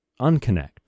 unconnect